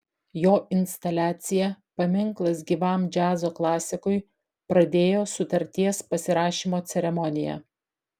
jo instaliacija paminklas gyvam džiazo klasikui pradėjo sutarties pasirašymo ceremoniją